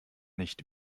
nicht